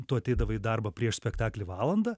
tu ateidavai į darbą prieš spektaklį valandą